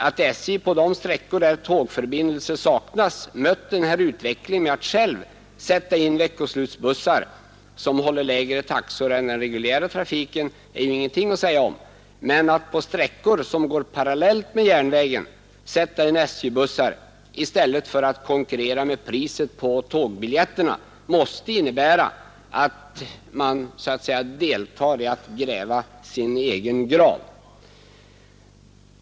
Att SJ på de sträckor där tågförbindelse saknas mött denna utveckling med att själva sätta in veckoslutsbussar som håller lägre taxor än den reguljära trafiken är det ingenting att säga om, men att på sträckor som går parallellt med järnvägen sätta in SJ-bussar i stället för att konkurrera med priset på tågbiljetterna måste innebära att man så att säga deltar i att gräva sin egen grav.